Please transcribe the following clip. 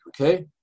okay